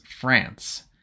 France